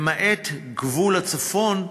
למעט גבול הצפון,